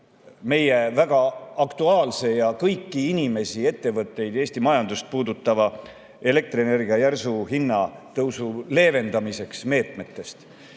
meie väga aktuaalse ja kõiki inimesi, ettevõtteid, Eesti majandust puudutava elektrienergia hinna järsu tõusu leevendamise meetmete